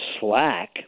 slack